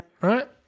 right